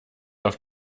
auf